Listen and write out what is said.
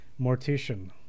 Mortician